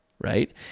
right